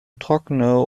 trockene